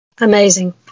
Amazing